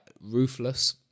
ruthless